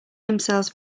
themselves